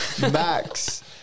Max